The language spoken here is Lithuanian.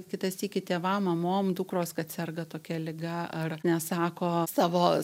kitą sykį tėvam mamom dukros kad serga tokia liga ar ne sako savo